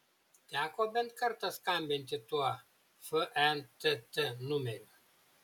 teko bent kartą skambinti tuo fntt numeriu